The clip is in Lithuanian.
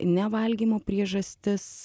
nevalgymo priežastis